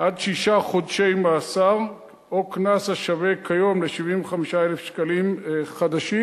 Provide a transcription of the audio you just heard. עד שישה חודשי מאסר או קנס השווה כיום ל-75,000 שקלים חדשים.